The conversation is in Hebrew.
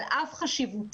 על אף חשיבותה,